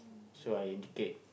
so I dictate